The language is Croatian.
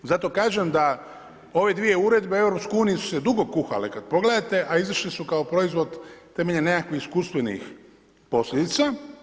Zato kažem da ove dvije uredbe u EU su se dugo kuhale kada pogledate a izašle su kao proizvod temeljem nekih iskustvenih posljedica.